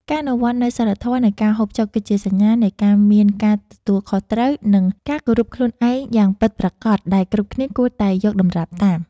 ការអនុវត្តនូវសីលធម៌នៃការហូបចុកគឺជាសញ្ញានៃការមានការទទួលខុសត្រូវ និង ការគោរពខ្លួនឯងយ៉ាងពិតប្រាកដដែលគ្រប់គ្នាគួរតែយកតម្រាប់តាម។